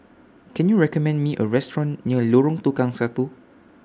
Can YOU recommend Me A Restaurant near Lorong Tukang Satu